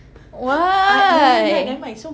why